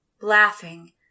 laughing